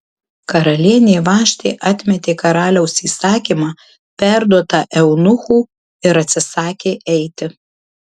karalienė vaštė atmetė karaliaus įsakymą perduotą eunuchų ir atsisakė eiti